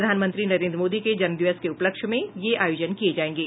प्रधानमंत्री नरेन्द्र मोदी के जन्मदिवस के उपलक्ष्य में ये आयोजन किये जायेंगे